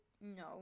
No